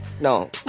no